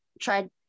tried